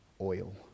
oil